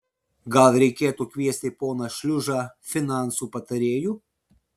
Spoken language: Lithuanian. gal reikėtų kviesti poną šliužą finansų patarėju